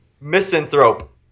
Misanthrope